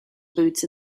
boots